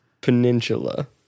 Peninsula